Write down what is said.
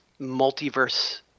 multiverse